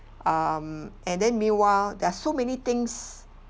um and then meanwhile there are so many things